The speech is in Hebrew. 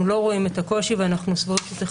אנחנו לא רואים את הקושי ואנחנו סבורים שצריך